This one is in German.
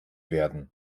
werden